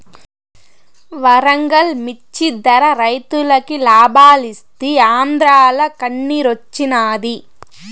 వరంగల్ మిచ్చి ధర రైతులకి లాబాలిస్తీ ఆంద్రాల కన్నిరోచ్చినాది